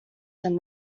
than